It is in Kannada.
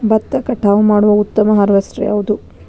ಭತ್ತ ಕಟಾವು ಮಾಡುವ ಉತ್ತಮ ಹಾರ್ವೇಸ್ಟರ್ ಯಾವುದು?